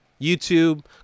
YouTube